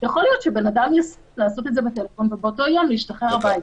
יכול להיות שבן אדם יסכים לעשות את זה בטלפון ובאותו יום להשתחרר לבית.